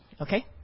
okay